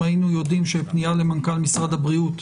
אם היינו יודעים שפנייה למנכ"ל משרד הבריאות,